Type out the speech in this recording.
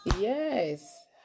yes